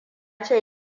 ce